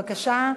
בבקשה,